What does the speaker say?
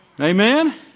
Amen